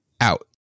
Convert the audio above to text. out